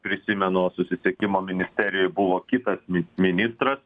prisimenu susisiekimo ministerijoj buvo kitas mi ministras